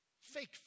Fake